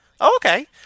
Okay